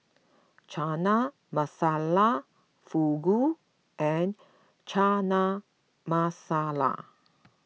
Chana Masala Fugu and Chana Masala